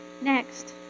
Next